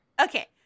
okay